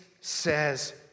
says